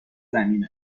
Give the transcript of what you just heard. زمین